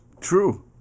True